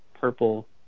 purple